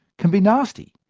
can be nasty.